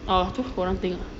oh tu orang tengok